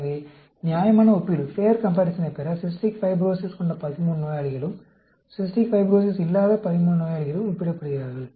எனவே நியாயமான ஒப்பீட்டைப் பெற சிஸ்டிக் ஃபைப்ரோஸிஸ் கொண்ட 13 நோயாளிகளும் சிஸ்டிக் ஃபைப்ரோஸிஸ் இல்லாத 13 நோயாளிகளும் ஒப்பிடப்படுகிறார்கள்